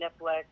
Netflix